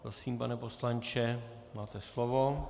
Prosím, pane poslanče, máte slovo.